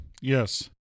Yes